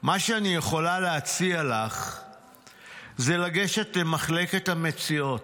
'מה שאני יכולה להציע לך זה לגשת למחלקת המציאות,